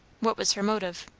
what was her motive?